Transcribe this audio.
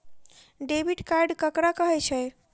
Debit card ककरा कहै छै?